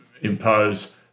impose